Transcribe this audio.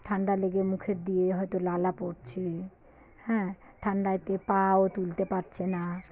ঠান্ডা লেগে মুখের দিয়ে হয়তো লালা পড়ছে হ্যাঁ ঠান্ডাতে পাও তুলতে পারছে না